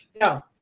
No